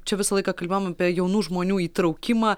čia visą laiką kalbėjom apie jaunų žmonių įtraukimą